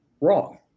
wrong